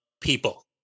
people